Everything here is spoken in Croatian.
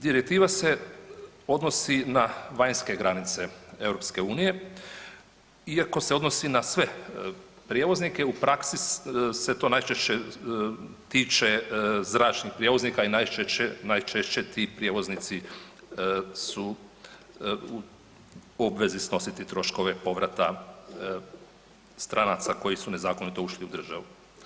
Direktiva se odnosi na vanjske granice EU iako se odnosi na sve prijevoznike u praksi se to najčešće tiče zračnih prijevoznika i najčešće, najčešće ti prijevoznici su u obvezi snositi troškove povrata stranaca koji su nezakonito ušli u državu.